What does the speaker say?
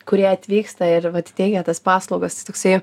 kurie atvyksta ir vat teigia tas paslaugas jis toksai